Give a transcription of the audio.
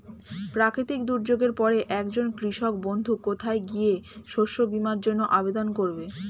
প্রাকৃতিক দুর্যোগের পরে একজন কৃষক বন্ধু কোথায় গিয়ে শস্য বীমার জন্য আবেদন করবে?